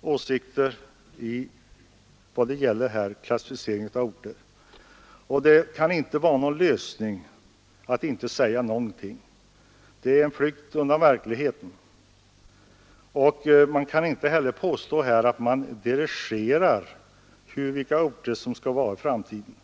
åsikter i vad det gäller klassificering av orter. Det kan inte vara någon lösning att inte säga någonting — det är en flykt undan verkligheten. Det går inte heller att påstå att man dirigerar vilka orter som skall ha en viss ställning för framtiden.